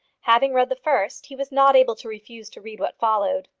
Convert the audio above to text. having read the first, he was not able to refuse to read what followed.